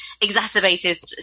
exacerbated